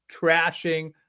trashing